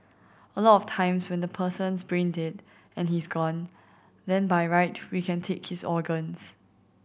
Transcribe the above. a lot of times when the person's brain dead and he's gone then by right we can take his organs